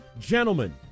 gentlemen